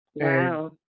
Wow